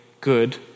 good